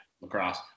lacrosse